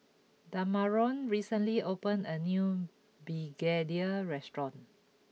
Damarion recently opened a new Begedil restaurant